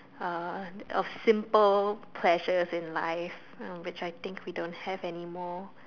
uh of simple pleasures in life uh which I think we don't have anymore